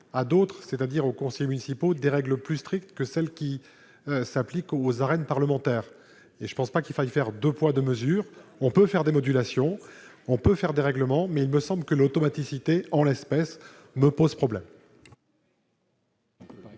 à d'autres, c'est-à-dire aux conseillers municipaux, des règles plus strictes que celles qui s'appliquent aux arènes parlementaire et je pense pas qu'il faille faire 2 poids 2 mesures, on peut faire des modulations, on peut faire des règlements, mais il me semble que l'automaticité en l'espèce, me pose problème.